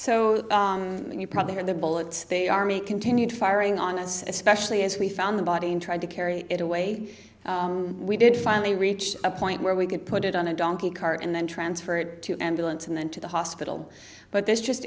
so you probably hear the bullets they army continued firing on as especially as we found the body and tried to carry it away we did finally reach a point where we could put it on a donkey cart and then transfer it to ambulance and then to the hospital but this just